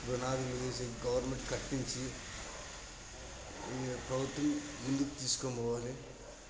పునాదులు వేసి గవర్నమెంట్ కట్టించి ఈ ప్రభుత్వం ముందుకి తీసుకొనిపోవాలి